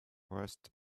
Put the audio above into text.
rust